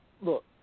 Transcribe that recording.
look